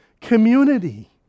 community